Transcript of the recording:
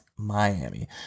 Miami